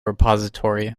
repository